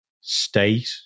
state